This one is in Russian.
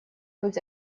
быть